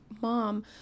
mom